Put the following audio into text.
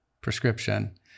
prescription